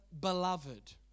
beloved